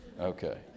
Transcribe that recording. Okay